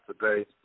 today